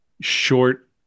short